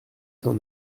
cent